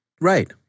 Right